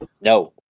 No